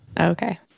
Okay